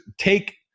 take